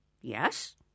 Yes